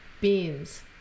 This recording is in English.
Beans